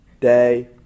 day